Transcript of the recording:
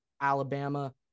alabama